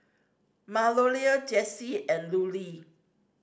Malorie Jessi and Lulie